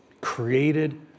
created